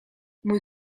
mój